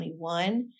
2021